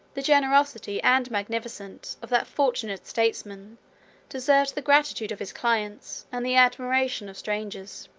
the generosity and magnificence of that fortunate statesman deserved the gratitude of his clients, and the admiration of strangers.